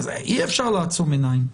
אז אי אפשר לעצום עיניים.